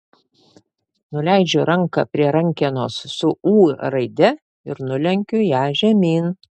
nuleidžiu ranką prie rankenos su ū raide ir nulenkiu ją žemyn